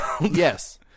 Yes